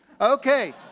Okay